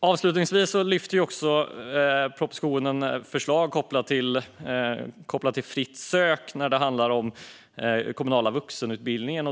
Avslutningsvis lyfter propositionen förslag kopplat till fritt sök när det handlar om den kommunala vuxenutbildningen.